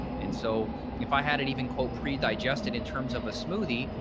and so if i hadn't even quote pre digested in terms of a smoothie,